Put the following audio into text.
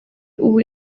ubu